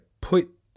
put